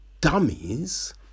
dummies